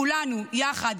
כולנו יחד,